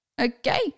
okay